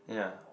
yeah